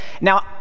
Now